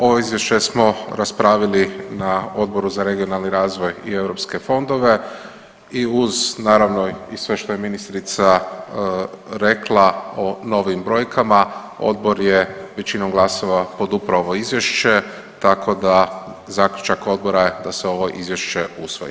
Ovo Izvješće smo raspravili na Odboru za regionalni razvoj i EU fondove i uz, naravno i sve što je ministrica rekla o novim brojkama, Odbor je većinom glasova podupro ovo Izvješće tako da zaključak Odbora je da se ovo Izvješće usvoji.